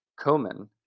Komen